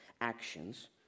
actions